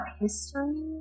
history